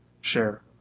share